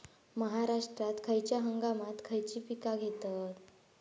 महाराष्ट्रात खयच्या हंगामांत खयची पीका घेतत?